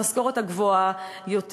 את המשכורת הגבוהה יותר.